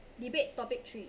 debate topic three